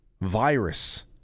virus